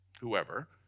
whoever